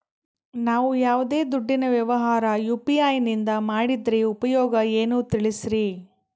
ನಾವು ಯಾವ್ದೇ ದುಡ್ಡಿನ ವ್ಯವಹಾರ ಯು.ಪಿ.ಐ ನಿಂದ ಮಾಡಿದ್ರೆ ಉಪಯೋಗ ಏನು ತಿಳಿಸ್ರಿ?